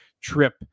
trip